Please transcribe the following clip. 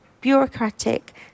bureaucratic